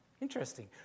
Interesting